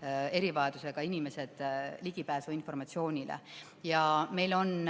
erivajadusega inimesed selle kaudu ka ligipääsu informatsioonile. Meil on